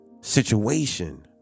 situation